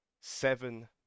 seven